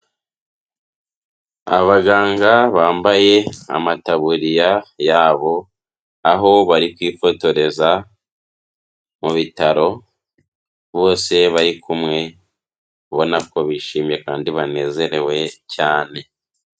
Abaganga bambaye amataburiya yabo, aho bari kwifotoreza mu bitaro, bose bari kumwe, ubona ko bishimye kandi banezerewe cyane.